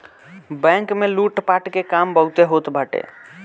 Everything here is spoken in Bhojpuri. बैंक में लूटपाट के काम बहुते होत बाटे